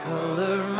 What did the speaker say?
Color